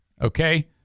Okay